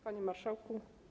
Panie Marszałku!